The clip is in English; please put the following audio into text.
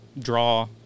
draw